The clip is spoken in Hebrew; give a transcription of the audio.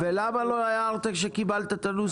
ולמה לא הערתם שקיבלת את הנוסח?